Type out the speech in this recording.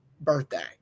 birthday